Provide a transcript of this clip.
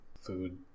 food